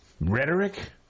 rhetoric